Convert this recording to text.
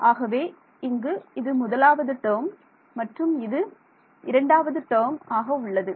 ஆகவே இங்கு இது முதலாவது டேர்ம் மற்றும் இது இரண்டாவது டேர்ம் ஆக உள்ளது